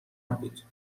بود